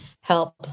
help